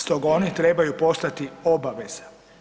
Stoga oni trebaju postati obavezi.